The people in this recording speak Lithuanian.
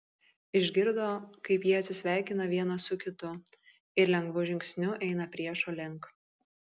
išgirdo kaip jie atsisveikina vienas su kitu ir lengvu žingsniu eina priešo link